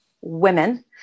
women